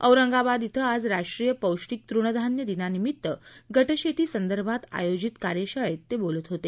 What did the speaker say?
औरंगाबाद इथं आज राष्ट्रीय पौष्टीक तृणधान्य दिनानिमित्त गट शेती संदर्भात आयोजित कार्यशाळेत बोलत होते